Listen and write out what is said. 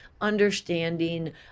understanding